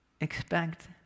Expect